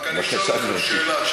רק אני שואל אותך שאלה, נו.